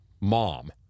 mom